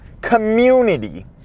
community